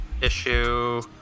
issue